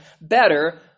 better